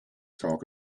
talk